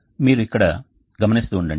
మీరు ఇక్కడ గమనిస్తూ ఉండండి